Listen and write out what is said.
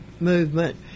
movement